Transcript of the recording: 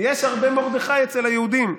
אצל היהודים.